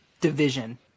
division